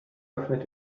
öffnet